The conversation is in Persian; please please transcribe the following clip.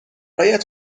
برایت